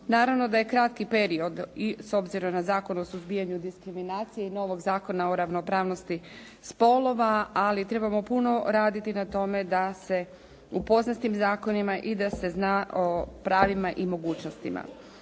Naravno da je kratki period i s obzirom na Zakon o suzbijanju diskriminacije i novog Zakona o ravnopravnosti spolova, ali trebamo puno raditi na tome da se upozna s tim zakonima i da se zna o pravima i mogućnostima.